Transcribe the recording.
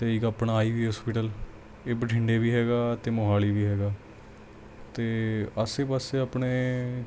ਤੇ ਇੱਕ ਆਪਣਾ ਆਈ ਵੀ ਹੋਸਪਿਟਲ ਇਹ ਬਠਿੰਡੇ ਵੀ ਹੈਗਾ ਅਤੇ ਮੋਹਾਲੀ ਵੀ ਹੈਗਾ ਅਤੇ ਆਸੇ ਪਾਸੇ ਆਪਣੇ